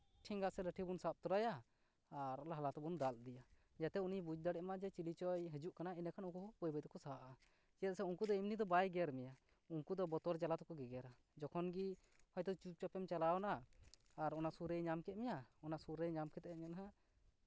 ᱴᱷᱮᱝᱜᱟ ᱥᱮ ᱞᱟᱹᱴᱷᱤ ᱵᱚᱱ ᱥᱟᱵ ᱛᱚᱨᱟᱭᱟ ᱟᱨ ᱞᱟᱦᱟ ᱞᱟᱦᱟ ᱛᱮᱵᱚᱱ ᱫᱟᱞ ᱤᱫᱤᱭᱟ ᱡᱟᱛᱮ ᱩᱱᱤ ᱵᱩᱡ ᱫᱟᱲᱮᱜ ᱢᱟ ᱡᱮ ᱪᱤᱞᱤ ᱪᱚᱭ ᱦᱤᱡᱩᱜ ᱠᱟᱱᱟ ᱮᱸᱰᱮ ᱠᱷᱟᱱ ᱱᱩᱠᱩ ᱦᱚᱸ ᱵᱟᱹᱭ ᱵᱟᱹᱭ ᱛᱮᱠᱚ ᱥᱟᱦᱟᱜᱼᱟ ᱪᱮᱫᱟᱜ ᱩᱱᱠᱩ ᱫᱚ ᱮᱢᱱᱤ ᱫᱚ ᱵᱟᱭ ᱜᱮᱨ ᱢᱮᱭᱟ ᱩᱱᱠᱩ ᱫᱚ ᱵᱚᱛᱚᱨ ᱡᱟᱞᱟ ᱛᱮᱠᱚ ᱜᱮᱜᱮᱨᱼᱟ ᱛᱚᱠᱷᱚᱱ ᱜᱮ ᱦᱳᱭᱛᱳ ᱪᱩᱯ ᱪᱟᱯ ᱮᱢ ᱪᱟᱞᱟᱣ ᱮᱱᱟ ᱟᱨ ᱚᱱᱟ ᱥᱩᱨ ᱨᱮ ᱧᱟᱢ ᱠᱮᱫ ᱢᱮᱭᱟ ᱚᱱᱟ ᱥᱩᱨ ᱨᱮ ᱧᱟᱢ ᱠᱟᱛᱮᱫ ᱧᱮᱞᱟᱢ ᱱᱟᱦᱟᱜ